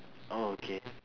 oh okay